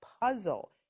puzzle